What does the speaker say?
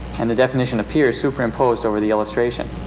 and the definition appears, superimposed over the illustration.